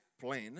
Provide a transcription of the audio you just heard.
plan